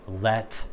Let